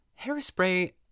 hairspray